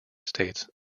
states